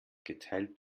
geteilt